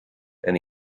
and